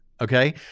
okay